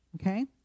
okay